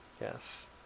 yes